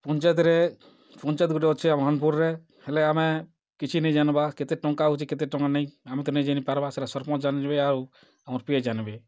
ପଞ୍ଚାୟତ୍ରେ ପଞ୍ଚାୟତ୍ ଗୁଟେ ଅଛେ ଭାନ୍ପୁର୍ରେ ହେଲେ ଆମେ କିଛି ନାଇ ଜାନ୍ବାର୍ କେତେ ଟଙ୍କା ଆଉଛେ କେତେ ଟଙ୍କା ନାଇଁ ଆମେ ତ ନାଇଁ ଜାନି ପାରବାର୍ ସେଟା ସରପଞ୍ଚ୍ ଜାନ୍ବେ ଆଉ ଆମର୍ ପିଏ ଜାନ୍ବେ